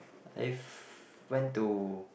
I went to